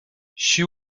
she